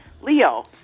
leo